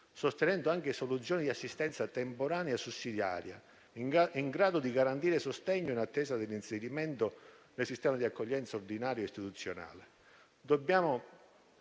sostenendo anche soluzioni di assistenza temporanea sussidiaria in grado di garantire sostegno in attesa dell'inserimento nel sistema di accoglienza ordinario e istituzionale.